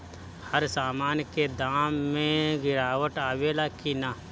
हर सामन के दाम मे गीरावट आवेला कि न?